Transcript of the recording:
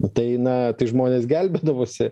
tai na tai žmonės gelbėdavosi